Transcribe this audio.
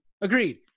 Agreed